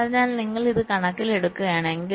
അതിനാൽ നിങ്ങൾ ഇത് കണക്കിലെടുക്കുകയാണെങ്കിൽ